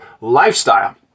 lifestyle